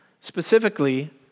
specifically